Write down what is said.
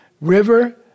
River